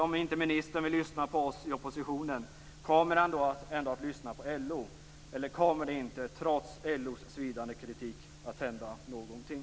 Om inte ministern vill lyssna på oss i oppositionen kommer han ändå att lyssna på LO, eller kommer det inte, trots LO:s svidande kritik, att hända någonting?